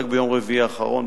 רק ביום רביעי האחרון,